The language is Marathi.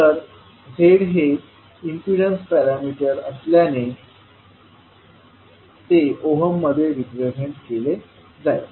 तर z हे इम्पीडन्स पॅरामीटर असल्याने ते ओहम मध्ये रिप्रेझेंट केले जाईल